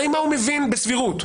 מה הוא מבין בסבירות?